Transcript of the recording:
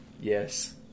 Yes